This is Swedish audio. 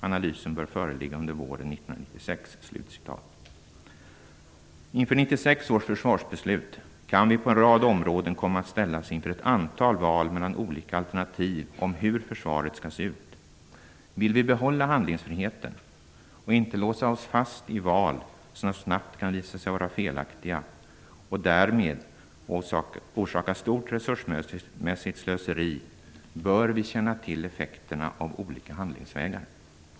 Analysen bör föreligga under våren 1996." Inför 1996 års försvarsbeslut kan vi på en rad områden komma att ställas inför ett antal val mellan olika alternativ om hur Försvaret skall se ut. Vill vi behålla handlingsfriheten och inte låsa oss fast i val som snabbt kan visa sig vara felaktiga och därmed orsaka stort resursmässigt slöseri, bör vi känna till effekterna av olika handlingsvägar.